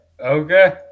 Okay